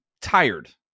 tired